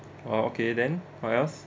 oh okay then what else